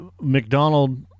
McDonald